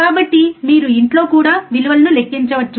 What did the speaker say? కాబట్టి మీరు ఇంట్లో కూడా విలువలను లెక్కించవచ్చు